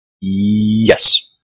Yes